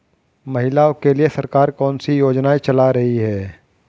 महिलाओं के लिए सरकार कौन सी योजनाएं चला रही है?